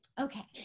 Okay